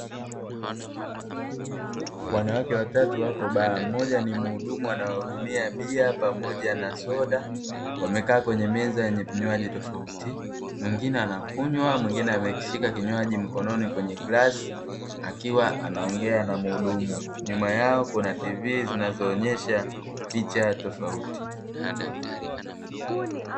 Wanawake watatu wapo baa, mmoja ni mhudumu anawahudumia bia pamoja na soda, wamekaa kwenye meza yenye vinywaji tofauti. Mwingine anakunywa, mwingine amekishika kinywaji mkononi kwenye glasi akiwa anaongea na mhudumu. Nyuma yao kuna tivi zinazoonyesha picha tofauti.